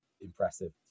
impressive